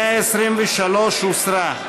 123 הוסרה,